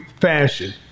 fashion